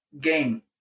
game